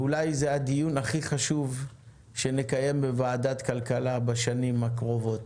ואולי זה הדיון הכי חשוב שנקיים בוועדת הכלכלה בשנים הקרובות.